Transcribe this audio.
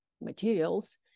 materials